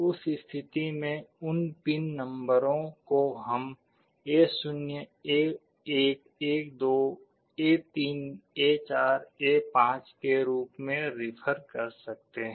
उस स्थिति में उन पिन नंबरों को हम A0 A1 A2 A3 A4 A5 के रूप में रेफर कर सकते हैं